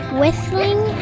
whistling